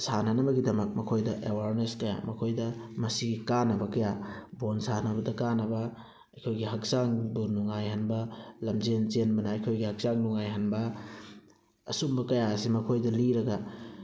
ꯁꯥꯟꯅꯅꯕꯒꯤꯗꯃꯛ ꯃꯈꯣꯏꯗ ꯑꯦꯋꯥꯔꯅꯦꯁ ꯀꯌꯥ ꯃꯈꯣꯏꯗ ꯃꯁꯤꯒꯤ ꯀꯥꯅꯕ ꯀꯌꯥ ꯕꯣꯜ ꯁꯥꯟꯅꯕꯗ ꯀꯥꯅꯕ ꯑꯩꯈꯣꯏꯒꯤ ꯍꯛꯆꯥꯡꯗꯣ ꯅꯨꯡꯉꯥꯏꯍꯟꯕ ꯂꯝꯖꯦꯜ ꯆꯦꯟꯕꯅ ꯑꯩꯈꯣꯏꯒꯤ ꯍꯛꯆꯥꯡ ꯅꯨꯡꯉꯥꯏꯍꯟꯕ ꯑꯁꯨꯝꯕ ꯀꯌꯥ ꯑꯁꯤ ꯃꯈꯣꯏꯗ ꯂꯤꯔꯒ